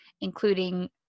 including